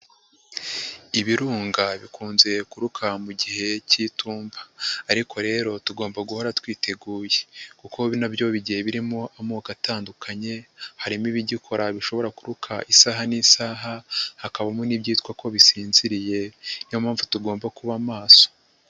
Ibirunga bikunze kuruka mu gihe k'Itumba, ariko rero tugomba guhora twiteguye kuko na byo bigiye birimo amoko atandukanye, harimo ibigikora bishobora kuruka isaha n'isaha, hakabamo n'ibyitwa ko bisinziriye, ni yo mpamvu tugomba kuba maso.